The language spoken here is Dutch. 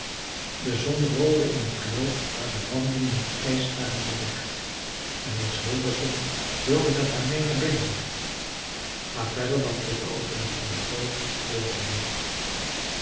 de zon rolde in een kloof waar de wanden met ijs waren bekleed en niels holgersson wilde met haar meê naar binnen maar verder dan tot de opening van de kloof durfde hij niet